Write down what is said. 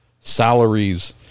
salaries